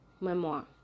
memoir